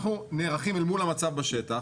אנחנו נערכים מול המצב בשטח,